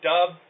Dub